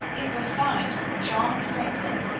it was signed john franklin,